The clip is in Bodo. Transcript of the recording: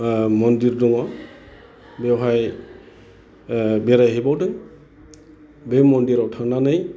मन्दिर दङ बेवहाय बेरायहैबावदों बे मन्दिराव थांनानै